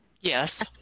Yes